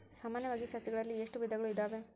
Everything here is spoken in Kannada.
ಸಾಮಾನ್ಯವಾಗಿ ಸಸಿಗಳಲ್ಲಿ ಎಷ್ಟು ವಿಧಗಳು ಇದಾವೆ?